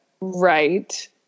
right